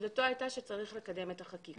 עמדתו הייתה שצריך לקדם את החקיקה.